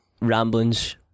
ramblings